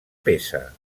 peça